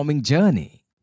journey